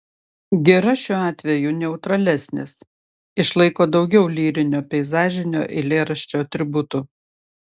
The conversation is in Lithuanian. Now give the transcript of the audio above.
gira šiuo atveju neutralesnis išlaiko daugiau lyrinio peizažinio eilėraščio atributų